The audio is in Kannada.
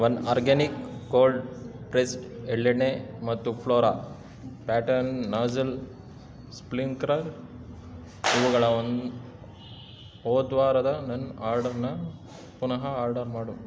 ಒನ್ ಆರ್ಗ್ಯಾನಿಕ ಕೋಲ್ಡ್ ಪ್ರೆಸ್ಡ್ ಎಳ್ಳೆಣ್ಣೆ ಮತ್ತು ಫ್ಲೋರಾ ಪ್ಯಾಟರ್ನ್ ನಾಜಲ್ ಸ್ಲ್ಪಿಂಕ್ರಾ ಇವುಗಳ ಒನ್ ಹೋದ ವಾರದ ನನ್ನ ಆರ್ಡರ್ನ ಪುನಃ ಆರಡರ್ ಮಾಡು